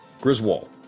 Griswold